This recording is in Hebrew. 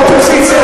האופוזיציה,